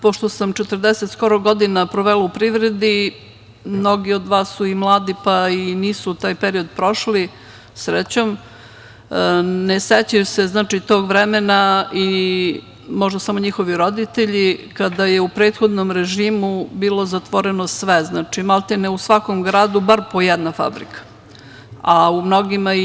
Pošto sam skoro 40 godina provela u privredi, mnogi od vas su i mladi, pa i nisu taj period prošli, srećom, ne sećaju se tog vremena, možda samo njihovi roditelji, kada je u prethodnom režimu bilo zatvoreno sve, znači maltene u svakom gradu bar po jedna fabrika, a u mnogima i više.